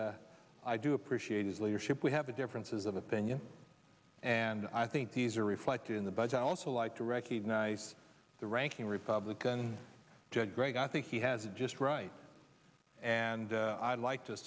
i do appreciate his leadership we have the differences of opinion and i think these are reflected in the budget also like to recognize the ranking republican judd gregg i think he has it just right and i'd like to